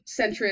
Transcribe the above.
centrist